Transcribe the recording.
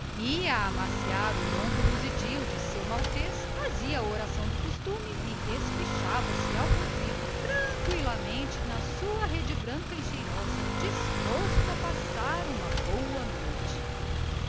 de amaciar o lombo luzidio do seu maltês fazia a oração do costume e espichava se tranqüilamente numa rede de algodão lavada e cheirosa disposto a passar uma boa noite